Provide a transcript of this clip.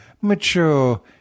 mature